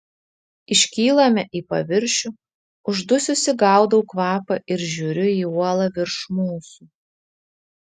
iškylame į paviršių uždususi gaudau kvapą ir žiūriu į uolą virš mūsų